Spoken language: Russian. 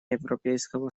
европейского